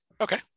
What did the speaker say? Okay